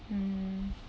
mm